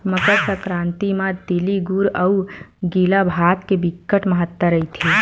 मकर संकरांति म तिली गुर अउ गिला भात के बिकट महत्ता रहिथे